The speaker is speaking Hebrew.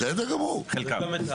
חלקם.